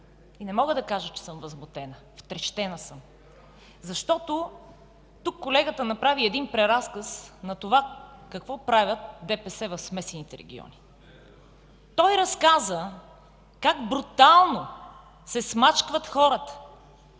– не мога да кажа, че съм възмутена, втрещена съм, защото тук колегата направи преразказ на това какво прави ДПС в смесените региони! Той разказа как брутално се смачкват хората,